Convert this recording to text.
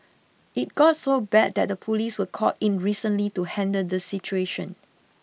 it got so bad that the police were called in recently to handle the situation